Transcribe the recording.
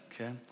okay